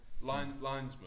Linesman